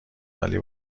ولی